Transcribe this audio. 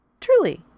Truly